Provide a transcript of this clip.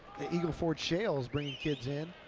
the eagle ford shale is bringing kids in,